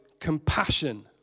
compassion